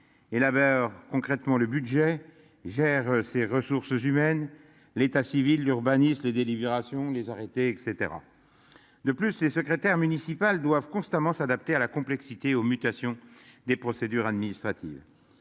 laveur concrètement le budget gère ses ressources humaines. L'état civil l'urbaniste les délibérations, les arrêter et cetera. De plus ces secrétaire municipal doivent constamment s'adapter à la complexité aux mutations des procédures administratives.